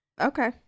Okay